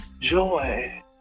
joy